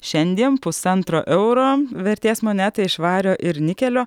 šiandien pusantro euro vertės monetą iš vario ir nikelio